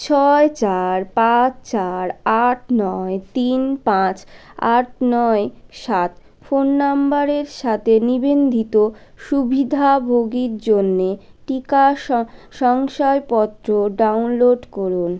ছয় চার পাঁচ চার আট নয় তিন পাঁচ আট নয় সাত ফোন নাম্বারের সাথে নিবন্ধিত সুবিধাভোগীর জন্যে টিকা স শংসাপত্র ডাউনলোড করুন